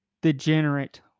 degenerate